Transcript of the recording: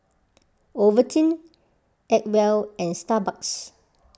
Ovaltine Acwell and Starbucks